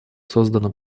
создано